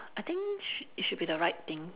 I think sh~ it should be the right thing